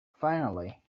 finally